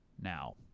now